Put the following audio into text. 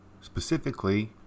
specifically